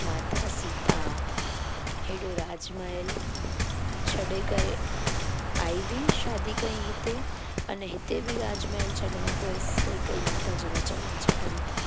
माता सीता हेॾो राज महल छ्ॾे करे आई हुई शादी कयईं हिते अने हिते बि राज महल छॾिणो पियसि बसि कैकई माता जे वचननि जे करे